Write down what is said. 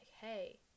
hey